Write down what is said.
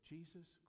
Jesus